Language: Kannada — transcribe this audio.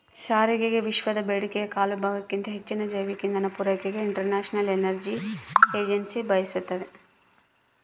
ಸಾರಿಗೆಗೆವಿಶ್ವದ ಬೇಡಿಕೆಯ ಕಾಲುಭಾಗಕ್ಕಿಂತ ಹೆಚ್ಚಿನ ಜೈವಿಕ ಇಂಧನ ಪೂರೈಕೆಗೆ ಇಂಟರ್ನ್ಯಾಷನಲ್ ಎನರ್ಜಿ ಏಜೆನ್ಸಿ ಬಯಸ್ತಾದ